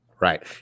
Right